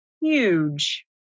huge